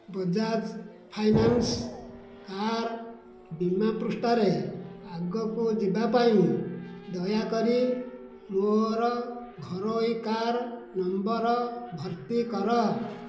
Bajaj finance car ବୀମା ପୃଷ୍ଠାରେ ଆଗକୁ ଯିବା ପାଇଁ ଦୟାକରି ମୋ'ର ଘରୋଇ କାର୍ ନମ୍ବର ଭର୍ତ୍ତି କର